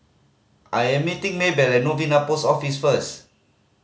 I am meeting Maybell at Novena Post Office first